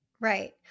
Right